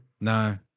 no